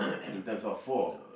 in terms of war